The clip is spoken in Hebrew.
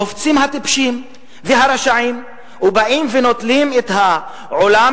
קופצים הטיפשים והרשעים ובאים ונוטלים את העולם